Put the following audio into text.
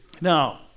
now